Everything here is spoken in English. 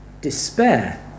despair